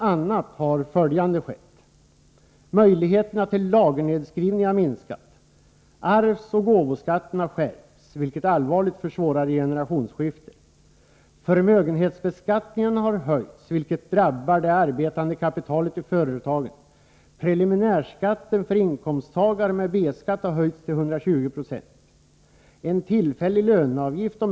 a. har följande skett: — Möjligheterna till lagernedskrivning har minskat. — Arvsoch gåvoskatten har skärpts, vilket allvarligt försvårar generationsskiften. —- Förmögenhetsbeskattningen har höjts, vilket drabbar det arbetande kapitalet i företagen.